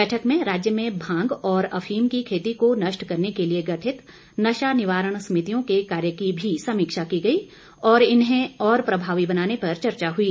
बैठक में राज्य में भांग और अफीम की खेती को नष्ट करने के लिए गठित नशा निवारण समितियों के कार्य की भी समीक्षा की गई और इन्हें और प्रभावी बनाने पर चर्चा हुई